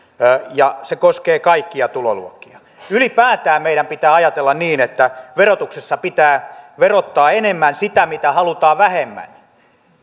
ja se koskee kaikkia tuloluokkia ylipäätään meidän pitää ajatella niin että verotuksessa pitää verottaa enemmän sitä mitä halutaan vähemmän